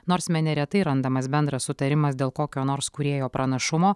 nors mene retai randamas bendras sutarimas dėl kokio nors kūrėjo pranašumo